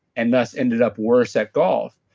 and thus ended up worse at golf.